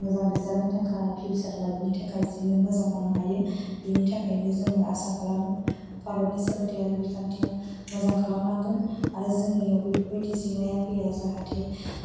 मोजां रिजाल्टनि थाखाय फिउसार लाइफनि थाखाय जे नों मोजां मावनो हायो बिनि थाखायनो जोङो आसा खालामो भारतनि सोलोंथाइयारि बिखान्थिया मोजां खालामलांगोन आरो जोंनियाव बेफोरबायदि जेंनाया फैया जाहाथे